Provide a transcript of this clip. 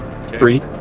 Three